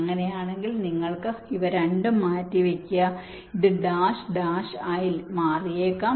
അങ്ങനെയാണെങ്കില് നിങ്ങൾ ഇവ രണ്ടും മാറ്റിവയ്ക്കുക ഇത് ഡാഷ് ഡാഷ് ആയി മാറിയേക്കാം